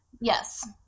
yes